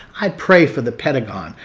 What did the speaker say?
i pray for the pentagon.